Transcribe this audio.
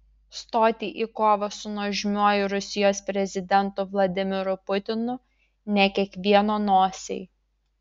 stoti į kovą su nuožmiuoju rusijos prezidentu vladimiru putinu ne kiekvieno nosiai